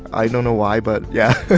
i don't know why. but yeah,